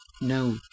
No